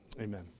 amen